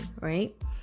right